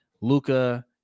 Luca